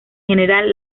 general